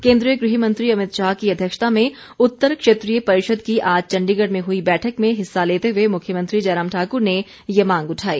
केन्द्रीय गृह मंत्री अमितशाह की अध्यक्षता में उत्तर क्षेत्रीय परिषद की आज चण्डीगढ़ में हुई बैठक में हिस्सा लेते हुए मुख्यमंत्री जयराम ठाकुर ने ये मांग उठाई